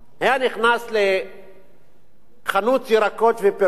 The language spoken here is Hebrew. היה נכנס לחנות ירקות ופירות,